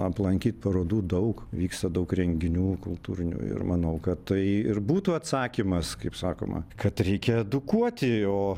aplankyt parodų daug vyksta daug renginių kultūrinių ir manau kad tai ir būtų atsakymas kaip sakoma kad reikia edukuoti o